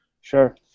Sure